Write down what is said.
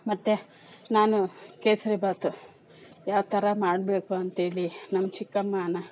ಮತ್ತೆ ನಾನು ಕೇಸರಿ ಬಾತು ಯಾವ ಥರ ಮಾಡಬೇಕು ಅಂಥೇಳಿ ನಮ್ಮ ಚಿಕ್ಕಮ್ಮನ